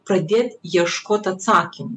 pradėt ieškot atsakymų